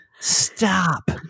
stop